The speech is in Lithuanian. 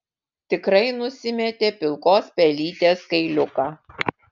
tikrai nusimetė pilkos pelytės kailiuką